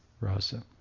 Rasa